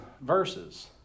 verses